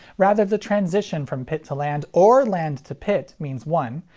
rather the transition from pit to land or land to pit means one,